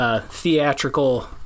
theatrical